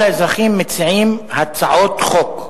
כל האזרחים מציעים הצעות חוק.